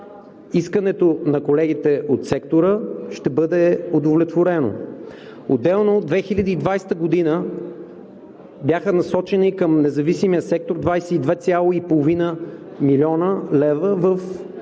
искането на колегите от сектора ще бъде удовлетворено. Отделно през 2020 г. бяха насочени към независимия сектор 22,5 млн. лв. в